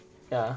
ya